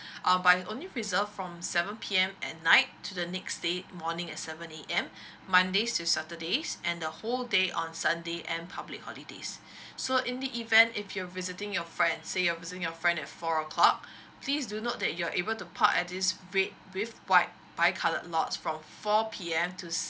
um but it's only reserve from seven P_M at night to the next day morning at seven A_M mondays to saturdays and the whole day on sunday and public holidays so in the event if you're visiting your friends say you're visiting your friend at four o clock please do note that you're able to park at these red with white bi coloured lots from four P_M to